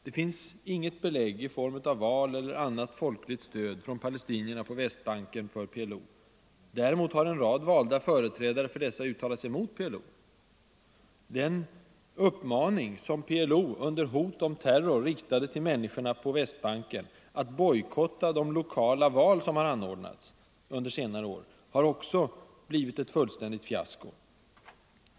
Det finns inget belägg för detta i form av val eller annat folkligt stöd för PLO bland palestinierna på Västbanken. Däremot har en rad valda företrädare för dessa uttalat sig mot PLO. Den uppmaning som PLO under hot om terror riktade till människorna på Västbanken att bojkotta de lokala val som anordnats under senare år har också blivit ett fullständigt fiasko.